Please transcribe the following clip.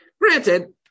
Granted